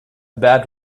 bad